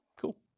Cool